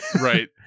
Right